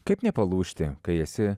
kaip nepalūžti kai esi